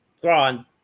thrawn